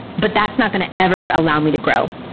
but that's not going to ever allow me to grow.